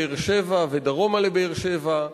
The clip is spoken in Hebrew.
באר-שבע ודרומה לבאר-שבע,